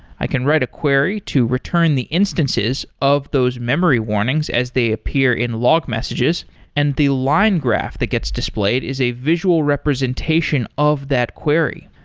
i can write a query to return the instances of those memory warnings as they appear in log messages and the line graph that gets displayed is a visual representation of that query.